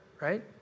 right